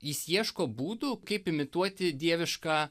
jis ieško būdų kaip imituoti dievišką